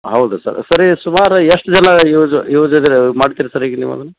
ಹೌದು ಸರ್ ಸರಿ ಸುಮಾರು ಎಷ್ಟು ಜನ ಯೂಸ್ ಯೂಸ್ ಇದರ ಮಾಡ್ತೀರಿ ಸರ್ ಈಗ ನೀವು ಅದನ್ನ